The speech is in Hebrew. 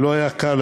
שלא היה קל,